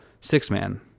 six-man